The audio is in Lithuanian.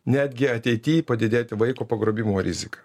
netgi ateity padidėti vaiko pagrobimo rizika